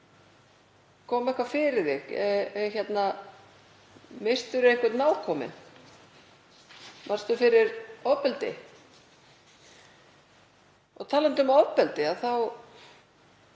Kom eitthvað fyrir þig, misstir þú einhvern nákominn, varðst þú fyrir ofbeldi? Og talandi um ofbeldi, þá